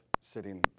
sitting